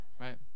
right